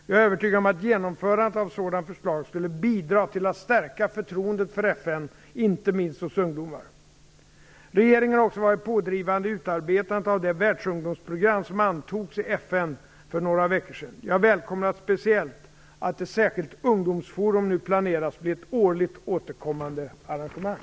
Jag är övertygad om att genomförandet av ett sådant förslag skulle bidra till att stärka förtroendet för FN, inte minst hos ungdomar. Regeringen har också varit pådrivande i utarbetandet av det världsungdomsprogram som antogs i FN för några veckor sedan. Jag välkomnar speciellt att ett särskilt ungdomsforum nu planeras bli ett årligt återkommande arrangemang.